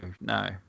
no